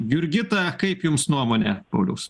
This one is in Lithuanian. jurgita kaip jums nuomonė pauliaus